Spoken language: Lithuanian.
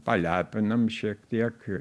palepinam šiek tiek